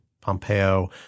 Pompeo